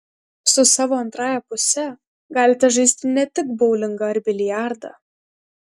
su savo antrąja puse galite žaisti ne tik boulingą ar biliardą